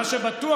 מה שבטוח